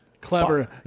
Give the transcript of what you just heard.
Clever